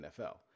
NFL